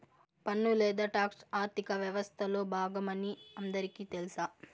పన్ను లేదా టాక్స్ ఆర్థిక వ్యవస్తలో బాగమని అందరికీ తెల్స